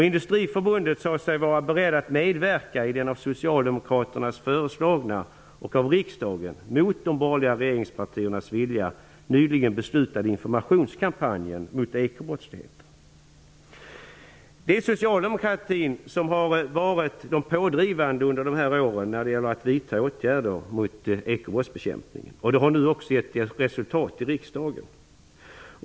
Industriförbundet sade sig vara berett att medverka i den informationskampanj mot ekobrottslighet som var socialdemokraternas förslag och som riksdagen mot de borgerliga regeringspartiernas vilja nyligen beslutade om. Det är socialdemokratin som har varit pådrivande under de senaste åren, när det gäller att vidta åtgärder för ekobrottsbekämpningen. Detta har nu också gett resultat i riksdagen.